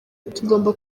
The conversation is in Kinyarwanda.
tugomba